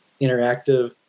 interactive